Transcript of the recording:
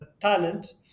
talent